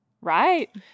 Right